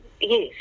yes